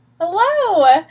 Hello